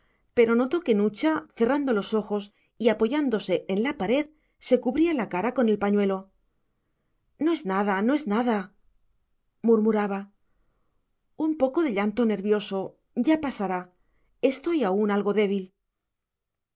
pero notó que nucha cerrando los ojos y apoyándose en la pared se cubría la cara con el pañuelo no es nada no es nada murmuraba un poco de llanto nervioso ya pasará estoy aún algo débil